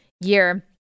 year